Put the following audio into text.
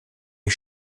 est